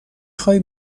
خوای